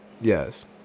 yes